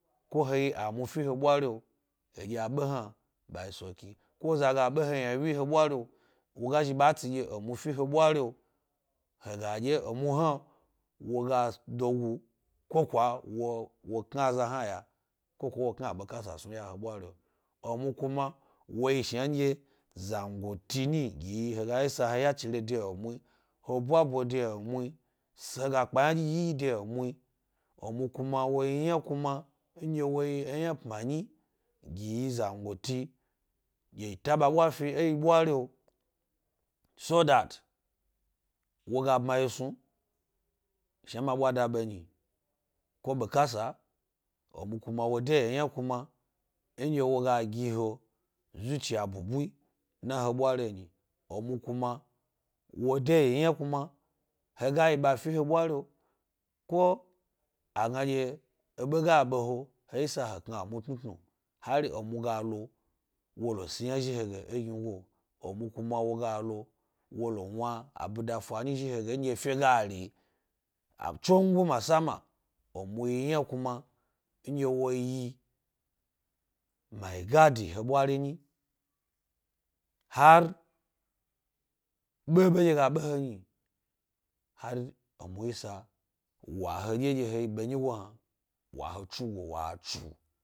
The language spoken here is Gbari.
Ko he yi anufi he ɓwari o, eɗye-abe- yina bmasnu. Ko za ga ɓe he ynawyi ɓwari o, woga shiba tsi ɗyebemufi he ɓwari o, wo ga zhiba tsi ɗye enufihe ɓwari o, he ga ɗye emu hna wa ga do gu ko kwa wo kna aza bina ya. Emu kuma wo yi shnam ɗye zangoti n, he ga isa he yachire de mu, he ɓwaɓo de emu, se ga pka ynadyi de emu kuma wo yi yna kuma nɗye wo yi yna pma nyi gi yi zangoti gi yi ta ɓa ɓwa fi e yi ɓwari o, so that wo ga bma yi snu. Shna ma ɓwwada be n, ko ɓe kasa, kuma wode yna kuma nɗye wo ga gi he zuciya bubu dna he ɓwari o. emu kuma wo de yi yna kuma e ga yi ɓa fi he ɓwari’o ko a gna ɗye ebe ga ɓe he, he yisa he kna emu tnu tnu hari emu ga lo wo lo si yna zhi he ge emu kuma a wo ga lo wo lo wna abida fa nyi zhi he gen dye efe ga ri, tsongo masama. emu yi yna kuma nɗye wo yi mai gadi he ɓwari nyi har ɓabe nɗye ga be he n, wo yisa wa he yi ɓenyi go hna